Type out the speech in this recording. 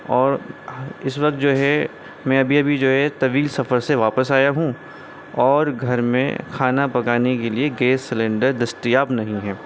اور اس وقت جو ہے میں ابھی ابھی جو ہے طویل سفر سے واپس آیا ہوں اور گھر میں کھانا پکانے کے لیے گیس سلینڈر دستیاب نہیں ہے